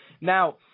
Now